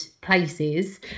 places